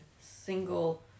single